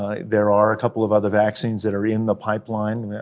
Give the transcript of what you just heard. ah there are a couple of other vaccines that are in the pipeline,